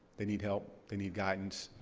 they need help. they need guidance.